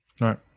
right